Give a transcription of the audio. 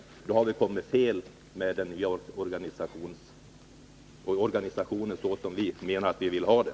Om man gör det har man kommit fel, och då har inte den nya organisationen blivit sådan som vi menar att vi vill ha den.